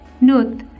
note